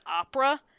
opera